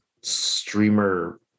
streamer